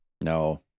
No